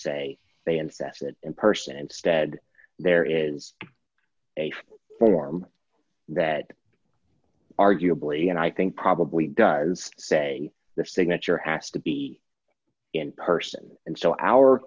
say they infest it in person instead there is a form that arguably and i think probably does say the signature has to be in person and so our